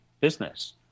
business